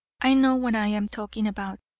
i know what i am talking about.